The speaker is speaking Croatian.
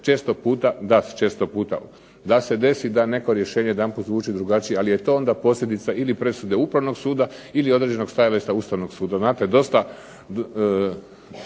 desiti da se često puta da se desi da neko rješenje jedanput zvuči drugačije, ali je to onda posljedica ili presude Upravnog suda ili određenog stajališta Ustavnog suda.